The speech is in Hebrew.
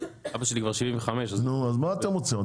אבא שלי כבר בן 75. אז מה אתם רוצים,